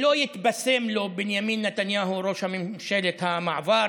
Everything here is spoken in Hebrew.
שלא יתבשם לו בנימין נתניהו ראש ממשלת המעבר